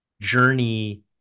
journey